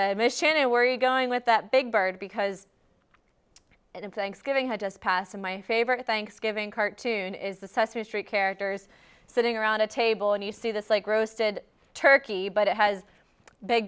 this mission and were you going with that big bird because and thanksgiving has just passed and my favorite thanksgiving cartoon is the sesame street characters sitting around a table and you see this like roasted turkey but it has big